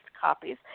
copies